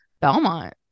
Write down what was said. belmont